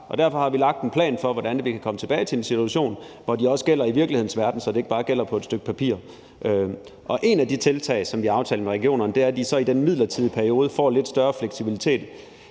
derfor har vi lagt en plan for, hvordan vi kan komme tilbage til en situation, hvor de også gælder i virkelighedens verden, så de ikke bare gælder på et stykke papir. Og et af de tiltag, som vi har aftalt med regionerne, er, at de så i den midlertidige periode får lidt større fleksibilitet.